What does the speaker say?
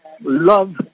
Love